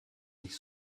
nicht